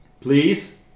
Please